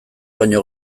baino